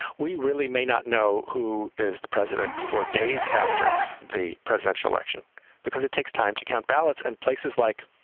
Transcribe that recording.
we really may not know who is the president four days after the presidential election because it takes time to count ballots. and places like